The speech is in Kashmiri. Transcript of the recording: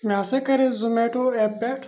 مےٚ ہَسا کَرے زومیٹو ایپ پٮ۪ٹھ